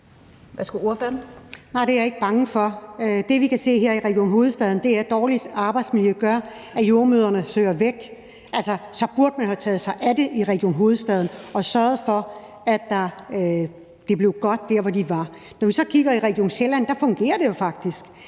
det er jeg ikke bange for. Det, vi kan se her i Region Hovedstaden, er, at dårligt arbejdsmiljø gør, at jordemødrene søger væk. Så man burde jo have taget sig af det i Region Hovedstaden og sørget for, at forholdene blev gode. Når man så kigger på Region Sjælland, så fungerer det jo faktisk.